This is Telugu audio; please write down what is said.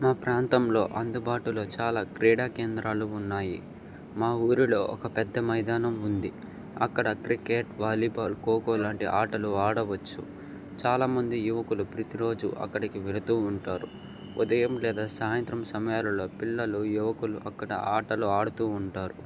మా ప్రాంతంలో అందుబాటులో చాలా క్రీడా కేంద్రాలు ఉన్నాయి మా ఊరిలో ఒక పెద్ద మైదానం ఉంది అక్కడ క్రికెట్ వాలీబాల్ ఖోఖో లాంటి ఆటలు ఆడవచ్చు చాలామంది యువకులు ప్రతిరోజు అక్కడికి వెళుతూ ఉంటారు ఉదయం లేదా సాయంత్రం సమయాలలో పిల్లలు యువకులు అక్కడ ఆటలు ఆడుతూ ఉంటారు